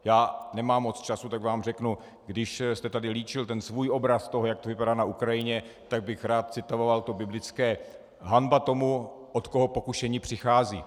Já nemám moc času, tak vám řeknu, když jste tady líčil ten svůj obraz toho, jak to vypadá na Ukrajině, tak bych rád citoval to biblické: Hanba tomu, od koho pokušení přichází.